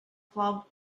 club